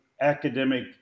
academic